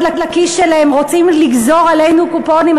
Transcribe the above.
לכיס שלהם רוצים לגזור עלינו קופונים,